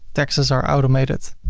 taxes are automated.